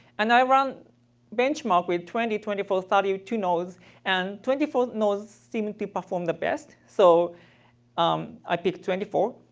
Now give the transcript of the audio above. and i run benchmark with twenty, twenty four, thirty two nodes and twenty four nodes seemed to perform the best. so um i pick twenty four.